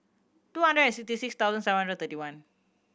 two hundred and sixty six thousand seven hundred thirty one